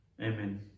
Amen